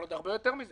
אבל עוד הרבה יותר מזה